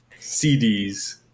cds